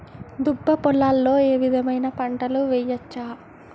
దుబ్బ పొలాల్లో ఏ విధమైన పంటలు వేయచ్చా?